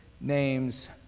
name's